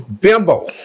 bimbo